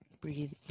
Breathe